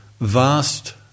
vast